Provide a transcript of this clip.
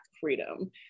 freedom